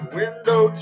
window